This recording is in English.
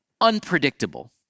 unpredictable